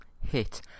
hit